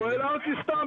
הם לא יהיו הרצאתיים